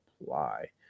apply